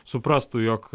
suprastų jog